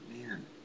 Man